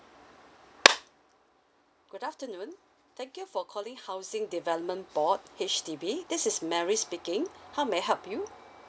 good afternoon thank you for calling housing development board H_D_B this is Mary speaking how may I help you